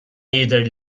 jidher